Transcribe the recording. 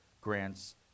grants